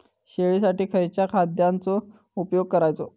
शेळीसाठी खयच्या खाद्यांचो उपयोग करायचो?